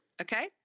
Okay